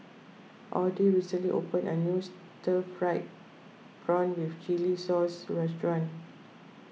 Audy recently opened a new Stir Fried Prawn with Chili Sauce restaurant